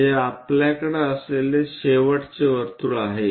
हे आपल्याकडे असलेले शेवटचे वर्तुळ आहे